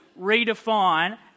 redefine